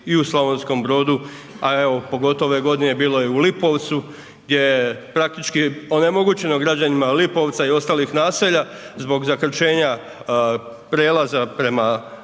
i u Slavonskom Brodu, a evo pogotovo ove godine bilo je i u Lipovcu gdje je praktički onemogućeno građanima Lipovca i ostalih naselja zbog zakrčenja prelaza prema